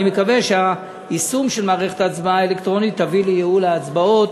אני מקווה שהיישום של מערכת ההצבעה האלקטרונית יביא לייעול ההצבעות.